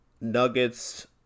Nuggets